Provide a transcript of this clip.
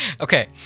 Okay